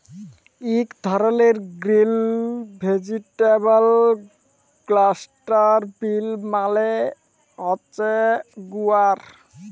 ইক ধরলের গ্রিল ভেজিটেবল ক্লাস্টার বিল মালে হছে গুয়ার